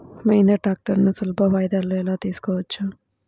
మహీంద్రా ట్రాక్టర్లను సులభ వాయిదాలలో ఎలా తీసుకోవచ్చు?